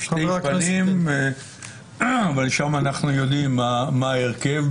שם אנחנו יודעים מה ההרכב.